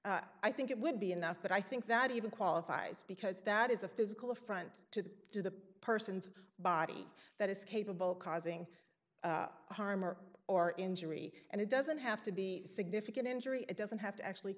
in i think it would be enough but i think that even qualifies because that is a physical affront to do the person's body that is capable of causing harm or or injury and it doesn't have to be significant injury it doesn't have to actually